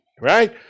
right